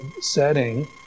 setting